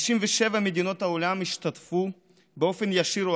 57 מדינות מהעולם השתתפו באופן ישיר או